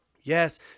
Yes